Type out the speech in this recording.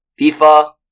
FIFA